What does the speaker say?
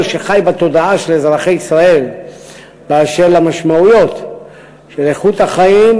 שחל בתודעה של אזרחי ישראל באשר למשמעויות של איכות החיים,